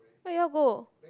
why you all go